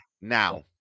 Now